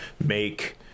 make